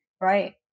Right